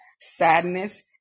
sadness